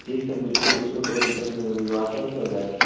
जी sir बिल्कुल इसमें कोई दिक्कत नही होगी वो आसानी से हो जाएगा